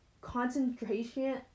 concentration